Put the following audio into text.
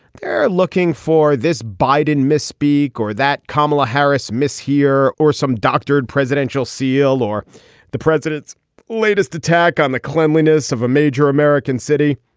they're looking for this biden misspeak or that kamala harris mishear or some doctored presidential seal or the president's latest attack on the cleanliness of a major american city.